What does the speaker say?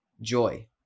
joy